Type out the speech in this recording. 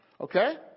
Okay